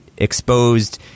exposed